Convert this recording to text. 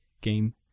Game